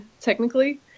technically